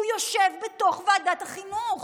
הוא יושב בתוך ועדת החינוך.